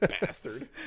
bastard